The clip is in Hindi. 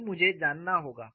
यही मुझे जानना होगा